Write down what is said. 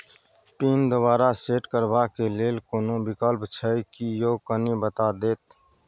Pin दोबारा set करबा के लेल कोनो विकल्प छै की यो कनी बता देत?